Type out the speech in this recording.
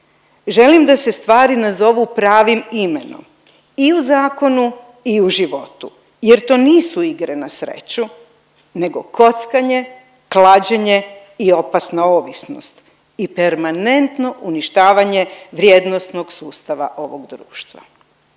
želim da se stvari nazovu pravim imenom i u zakonu i u životu, jer to nisu igre na sreću nego kockanje, klađenje i opasna ovisnost i permanentno uništavanje vrijednosnog sustava ovog društva.